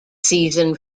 season